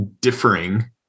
differing